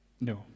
No